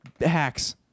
hacks